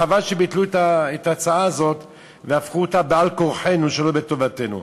חבל שביטלו את ההצעה הזאת והפכו אותה על-כורחנו שלא בטובתנו.